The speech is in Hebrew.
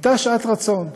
הייתה שעת רצון.